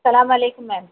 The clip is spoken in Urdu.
السلام علیکم میم